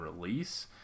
release